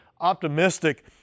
optimistic